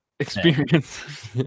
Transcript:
experience